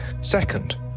Second